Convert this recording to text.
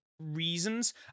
reasons